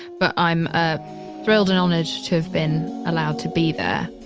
but i'm ah thrilled and honored to have been allowed to be there.